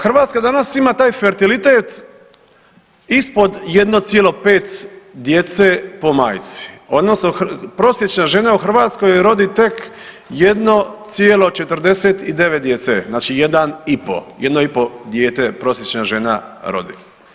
Hrvatska danas ima taj fertilitet ispod 1,5 djece po majci, odnosno prosječna žena u Hrvatskoj rodi tek 1,49 djece, znači jedno i pol dijete prosječna žena rodi.